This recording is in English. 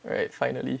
right finally